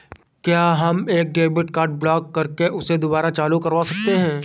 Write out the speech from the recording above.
क्या हम एक डेबिट कार्ड ब्लॉक करके उसे दुबारा चालू करवा सकते हैं?